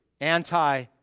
anti